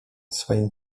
swoim